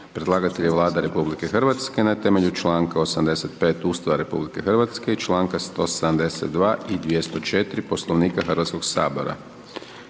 Predlagatelj je Vlada Republike Hrvatske na temelju čl. 85. Ustava RH i čl. 172. u vezi sa čl. 190. Poslovnika Hrvatskog sabora.